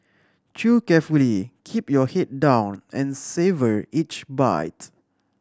chew carefully keep your head down and savour each bite